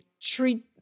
treat